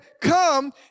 come